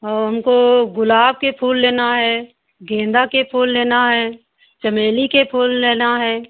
और हमको गुलाब के फूल लेना है गेंदा के फूल लेना है चमेली के फूल लेना है